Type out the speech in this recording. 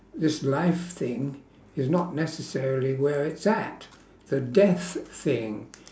this life thing is not necessary where it's at the death thing